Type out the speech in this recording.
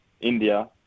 India